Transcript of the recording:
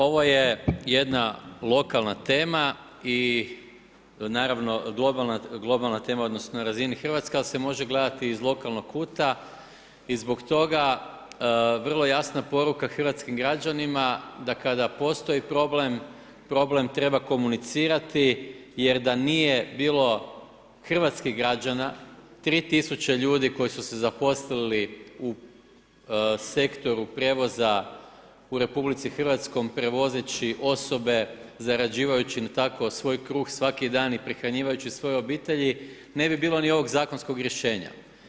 Ovo je jedna lokalna tema i naravno globalna tema na razini Hrvatske ali se može gledati iz lokalnog kuta i zbog toga vrlo jasna poruka hrvatskim građanima da kada postoji problem, problem treba komunicirati jer da nije bilo hrvatskih građana, 3000 ljudi koji su se zaposlili u sektoru prijevoza u RH prevozeći osobe, zarađivajući tako svoj kruh svaki dan i prehranjivajući svoje obitelji, ne bi bilo ni ovog zakonskog rješenja.